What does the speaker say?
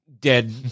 dead